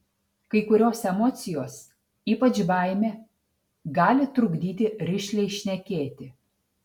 kai kurios emocijos ypač baimė gali trukdyti rišliai šnekėti